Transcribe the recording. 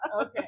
Okay